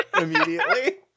immediately